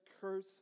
curse